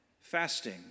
Fasting